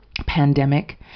pandemic